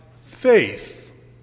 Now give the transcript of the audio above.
faith